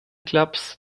clubs